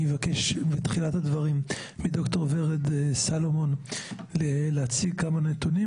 אני מבקש בתחילת הדברים שדוקטור ורד סלומון תציג כמה נתונים